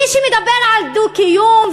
מי שמדבר על דו-קיום,